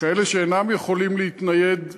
כאלה שאינם יכולים להתנייד בכלל,